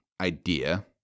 idea